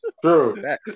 true